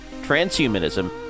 transhumanism